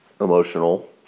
emotional